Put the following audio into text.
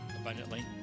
abundantly